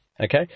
okay